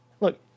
Look